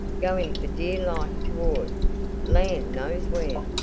going for dear life toward land knows where.